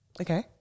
Okay